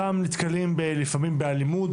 שם נתקלים לפעמים באלימות,